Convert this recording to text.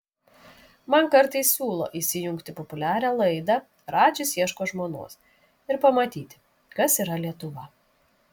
man kartais siūlo įsijungti populiarią laidą radžis ieško žmonos ir pamatyti kas yra lietuva